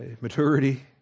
maturity